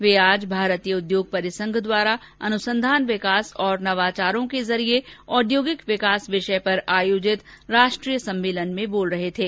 वे आज भारतीय उद्योग परिसंघ द्वारा अनुसंधान विकास और नवाचारों के जरिये औद्योगिक विकास विषय पर आयोजित राष्ट्रीय सम्मेलन में बोल रहे थे